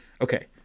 Okay